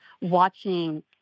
watching